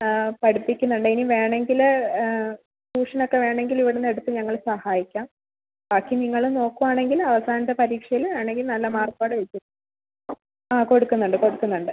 പഠിപ്പിക്കുന്നുണ്ട് ഇനി വേണമെങ്കില് ട്യൂഷൻ ഒക്കെ വേണെങ്കിൽ ഇവിടെ നിണ്ണ് എടുത്ത് ഞങ്ങൾ സഹായിക്കാം ബാക്കി നിങ്ങൾ നോക്കുവാണെങ്കിൽ അവസാനത്തെ പരീക്ഷയിൽ വേണമെങ്കിൽ നല്ല മാർക്കോടെ കിട്ടും ആ കൊടുക്കുന്നുണ്ട് കൊടുക്കുന്നുണ്ട്